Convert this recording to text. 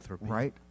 Right